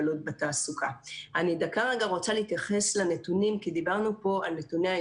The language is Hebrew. בוועדת העבודה והרווחה כשהיינו בתהליכים שבסוף נקטעו כי הכנסת התפזרה,